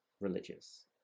religious